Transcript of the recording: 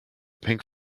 pink